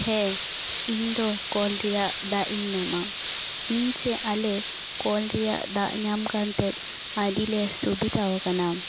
ᱦᱮᱸ ᱤᱧ ᱫᱚ ᱠᱚᱞ ᱨᱮᱭᱟᱜ ᱫᱟᱜ ᱤᱧ ᱧᱟᱢᱟ ᱤᱧ ᱥᱮ ᱟᱞᱮ ᱠᱚᱞ ᱨᱮᱭᱟᱜ ᱫᱟᱜ ᱧᱟᱢ ᱠᱟᱛᱮ ᱟᱹᱰᱤ ᱞᱮ ᱥᱩᱵᱤᱫᱟ ᱟᱠᱟᱱᱟ